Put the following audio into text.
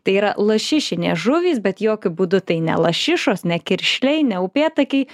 tai yra lašišinės žuvys bet jokiu būdu tai ne lašišos ne kiršliai ne upėtakiai